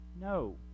No